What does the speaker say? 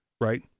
Right